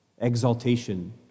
exaltation